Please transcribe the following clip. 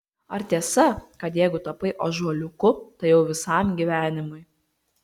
ar tiesa kad jeigu tapai ąžuoliuku tai jau visam gyvenimui